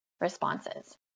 responses